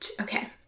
okay